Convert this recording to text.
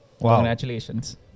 congratulations